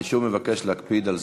אני שוב מבקש להקפיד על זמנים.